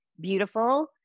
beautiful